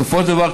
בסופו של דבר,